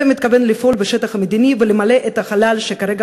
ומתכוון לפעול בשטח המדיני ולמלא את החלל שכרגע